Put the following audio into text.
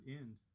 end